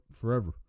forever